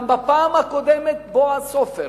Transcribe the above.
גם בפעם הקודמת בועז סופר,